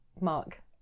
Mark